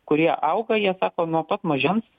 kurie auga jie sako nuo pat mažens